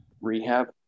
rehab